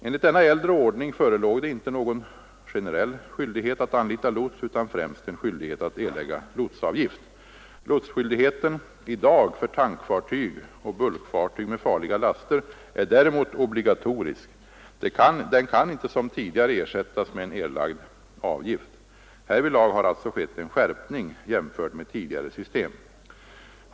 Enligt denna äldre ordning förelåg det inte någon generell skyldighet att anlita lots utan främst en skyldighet att erlägga lotsavgift. Lotsskyldigheten i dag för tankfartyg och bulkfartyg med farliga laster är däremot obligatorisk. Den kan inte som tidigare ersättas med en erlagd avgift. Härvidlag har alltså skett en skärpning jäm fört med tidigare system.